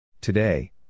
Today